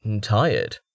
tired